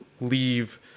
leave